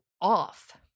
off